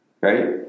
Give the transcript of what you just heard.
right